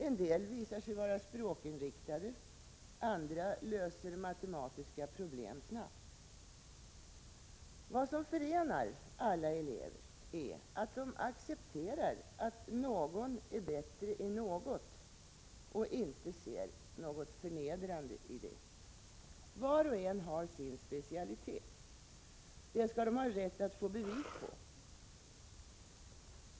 En del visar sig vara språkinriktade, andra löser matematiska problem snabbt. Vad som förenar alla elever är att de accepterar att någon är bättre i något och inte ser något förnedrande i det. Var och en har sin specialitet. Det skall man ha rätt att få bevis på.